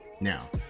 Now